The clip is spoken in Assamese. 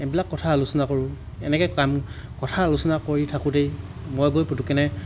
এইবিলাক কথা আলোচনা কৰোঁ এনেকৈ কাম কথা আলোচনা কৰি থাকোঁতেই মই গৈ পুটুকেনে